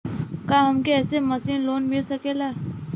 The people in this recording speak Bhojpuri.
का हमके ऐसे मासिक लोन मिल सकेला?